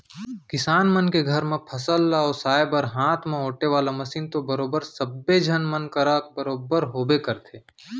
किसान मन के घर मन म फसल ल ओसाय बर हाथ म ओेटे वाले मसीन तो बरोबर सब्बे झन मन करा बरोबर होबे करथे